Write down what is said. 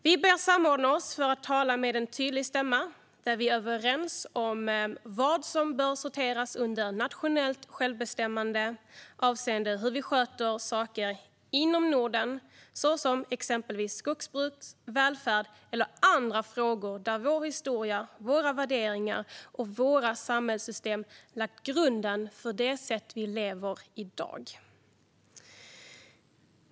Vi bör samordna oss för att tala med en tydlig stämma, där vi är överens om vad som bör sorteras under nationellt självbestämmande, avseende hur vi sköter saker inom Norden, såsom exempelvis skogsbruk, välfärd och andra frågor där vår historia, våra värderingar och våra samhällssystem lagt grunden för det sätt som vi lever på i dag.